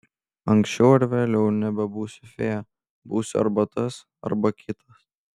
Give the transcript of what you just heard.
anksčiau ar vėliau nebebūsiu fėja būsiu arba tas arba kitas